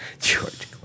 George